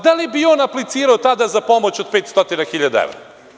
Da li bi on aplicirao tada za pomoć od 500 hiljada evra?